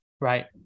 Right